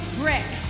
brick